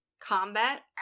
combat